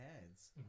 heads